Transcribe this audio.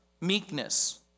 meekness